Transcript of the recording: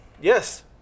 Yes